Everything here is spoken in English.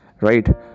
right